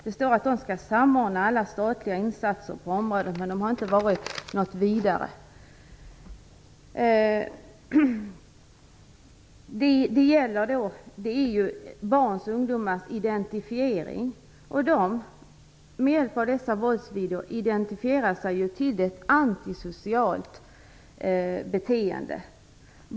Det står att det skall samordna alla statliga insatser på området, men det har inte varit något vidare. Det är barns och ungdomars identifiering det handlar om. Med hjälp av dessa våldsvideofilmer identifierar de sig till ett antisocialt beteende.